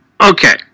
okay